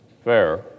fair